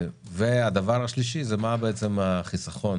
והדבר השלישי זה מה בעצם החיסכון